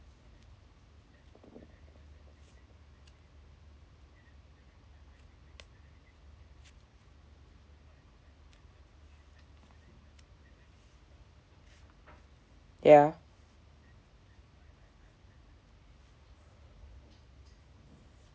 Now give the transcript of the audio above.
ya